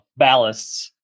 ballasts